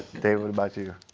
dave, what about you?